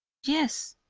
yes,